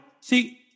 see